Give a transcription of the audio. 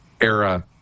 era